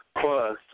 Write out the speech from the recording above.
plus